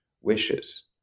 wishes